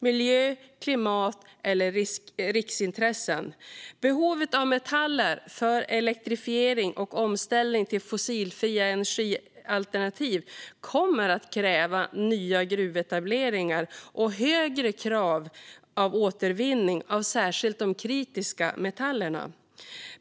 Miljö, klimat eller riksintressen? Behovet av metaller för elektrifiering och omställning till fossilfria energialternativ kommer att kräva nya gruvetableringar och högre grad av återvinning av särskilt de kritiska metallerna.